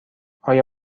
آیا